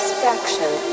Satisfaction